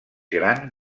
gran